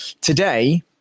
today